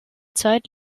zeit